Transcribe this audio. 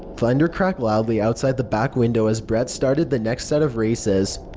thunder cracked loudly outside the back window as brett started the next set of races.